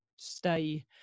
Stay